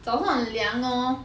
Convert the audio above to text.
早上很凉 lor